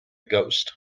ghost